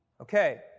Okay